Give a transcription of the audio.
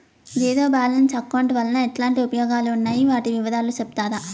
Zero balance account వలన ఎట్లాంటి ఉపయోగాలు ఉన్నాయి? వాటి వివరాలు సెప్తారా?